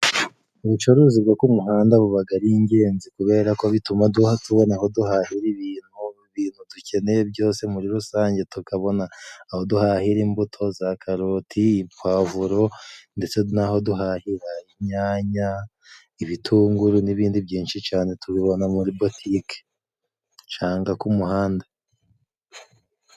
Ubucuruzi bwo ku muhanda bubaga ari ingenzi kubera ko bituma tubona aho duhahira ibintu, ibintu dukeneye byose muri rusange, tukabona aho duhahira imbuto, za karoti, ipuwavuro, ndetse naho duhahira inyanya, ibitunguru n'ibindi byinshi cane tubibona muri butiki cangwa ku muhanda.